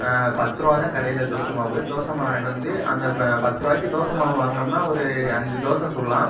பத்து ரூபா தான் கடையில் தோசை மாவு தோசை மாவு வாங்கிகிட்டு வந்து அந்த பத்து ரூவாய்க்கு தோசை மாவு வாங்கினோம்னா ஒரு அஞ்சு தோசை சுடலாம்